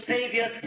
Savior